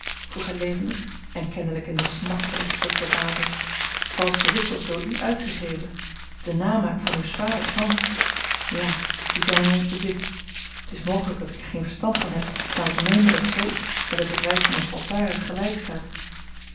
vroeg hij levendig en kennelijk in de smartelijkste verbazing valsche wissels door u uitgegeven de namaak van uws vaders hand ja die zijn in ons bezit t is mogelijk dat ik er geen verstand van heb maar ik meende dat zoo iets met het bedrijf van een falsaris gelijk staat